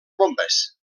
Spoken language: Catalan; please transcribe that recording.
bombes